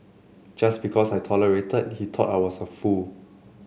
just because I tolerated he thought I was a fool